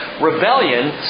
Rebellion